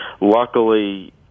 luckily